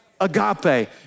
Agape